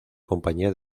compañía